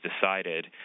decided